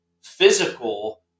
physical